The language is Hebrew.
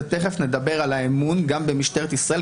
ותיכף נדבר על האמון גם במשטרת ישראל.